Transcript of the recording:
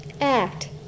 act